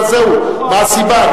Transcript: מה הסיבה?